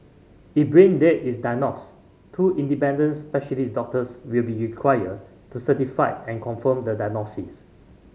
if brain death is diagnosed two independent specialist doctors will be required to certify and confirm the diagnosis